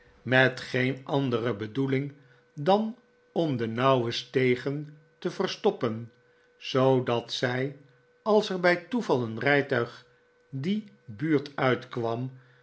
met geen andere bedoeling dan om de nauwe stegen te verstoppen zoodat zij als er bij toeval een rijtuig die buurt